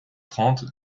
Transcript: trente